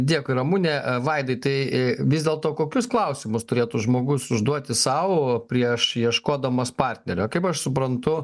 dėkui ramune vaidai tai vis dėlto kokius klausimus turėtų žmogus užduoti sau prieš ieškodamas partnerio kaip aš suprantu